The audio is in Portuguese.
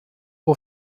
por